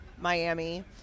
Miami